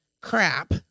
crap